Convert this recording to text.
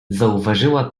zauważyła